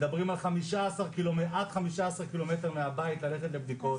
מדברים על עד 15 קילומטר מהבית ללכת לבדיקות,